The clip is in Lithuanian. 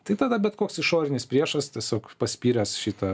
tai tada bet koks išorinis priešas tiesiog paspyręs šitą